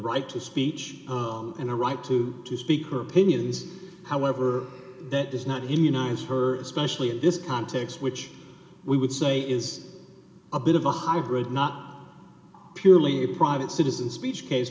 right to speech oh and a right to to speak her opinions however that does not in united her especially in this context which we would say is a bit of a hybrid not purely a private citizen speech case